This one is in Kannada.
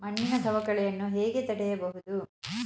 ಮಣ್ಣಿನ ಸವಕಳಿಯನ್ನು ಹೇಗೆ ತಡೆಯಬಹುದು?